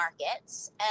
markets